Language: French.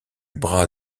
bras